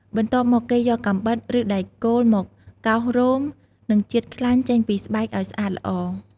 បន្ទាប់មក គេយកកាំបិត ឬដែកកោសមកកោសរោម និងជាតិខ្លាញ់ចេញពីស្បែកឱ្យស្អាតល្អ។